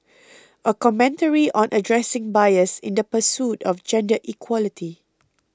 a commentary on addressing bias in the pursuit of gender equality